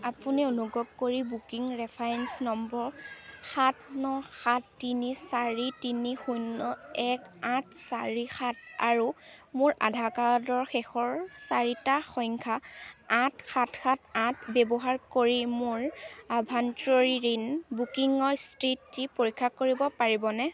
আপুনি অনুগ্ৰহ কৰি বুকিং ৰেফাৰেঞ্চ নম্বৰ সাত ন সাত তিনি চাৰি তিনি শূন্য এক আঠ চাৰি সাত আৰু মোৰ আধাৰ কাৰ্ডৰ শেষৰ চাৰিটা সংখ্যা আঠ সাত সাত আঠ ব্যৱহাৰ কৰি মোৰ আভ্যন্তৰীণ বুকিঙৰ স্থিতি পৰীক্ষা কৰিব পাৰিবনে